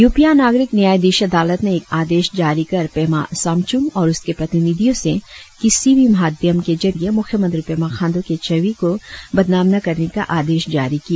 यूपिया नागरिक न्यायाधीश अदालत ने एक आदेश जारी कर पेमा सामचुंग और उसके प्रतिनिधियों से किसी भी माध्यम के जरिए मुख्यमंत्री पेमा खांड्र के छवि को बदनाम न करने का आदेश जारी किया